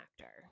actor